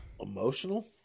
Emotional